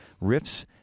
Riff's